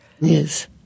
Yes